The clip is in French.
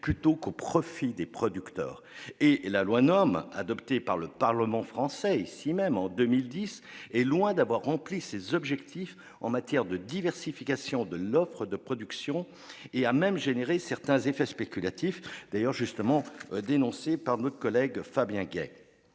plutôt qu'au profit des producteurs. La loi Nome, adoptée par le Parlement français en 2010, est loin d'avoir rempli ses objectifs en matière de diversification de l'offre de production et a même entraîné certains effets spéculatifs, justement dénoncés par notre collègue Fabien Gay.